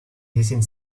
hissing